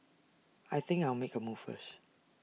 I think I'll make A move first